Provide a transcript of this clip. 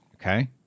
Okay